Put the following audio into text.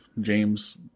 James